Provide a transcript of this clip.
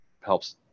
helps